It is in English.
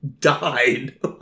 died